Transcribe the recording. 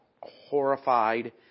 horrified